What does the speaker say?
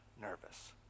nervous